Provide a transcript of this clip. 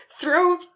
Throw